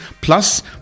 plus